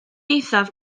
eithaf